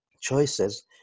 choices